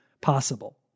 possible